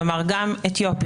כלומר גם אתיופים,